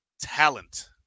talent